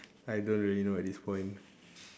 I don't really know at this point